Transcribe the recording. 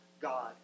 God